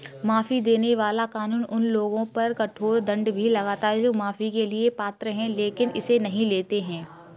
माफी देने वाला कानून उन लोगों पर कठोर दंड भी लगाता है जो माफी के लिए पात्र हैं लेकिन इसे नहीं लेते हैं